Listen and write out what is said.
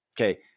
okay